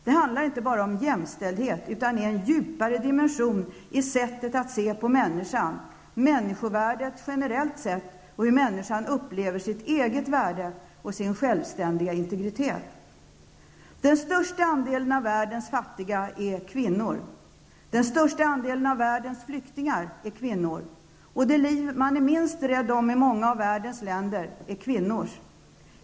Det handlar inte bara om jämställdhet utan också om en djupare dimension när det gäller synen på människan, på människorvärdet generellt sett och på hur den enskilda människan upplever sitt eget värde och självständiga integritet. Den största andelen av världens fattiga utgörs av kvinnor. Den största andelen av världens flyktingar utgörs av kvinnor. Det liv som man i många av världens länder är minst rädd om är kvinnornas.